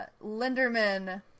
Linderman